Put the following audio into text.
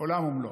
עולם ומלואו.